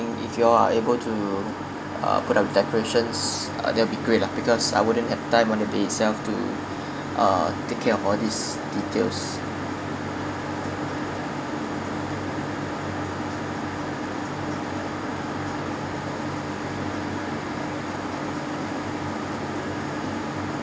if you all are able to uh put up decorations uh that will be great lah because I wouldn't have time on the day itself to uh take care of all these details